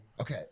Okay